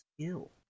skill